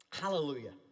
Hallelujah